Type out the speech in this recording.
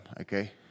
okay